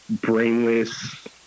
brainless